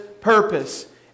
purpose